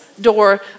door